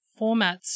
formats